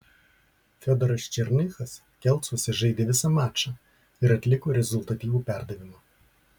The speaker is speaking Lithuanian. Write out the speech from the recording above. fiodoras černychas kelcuose žaidė visą mačą ir atliko rezultatyvų perdavimą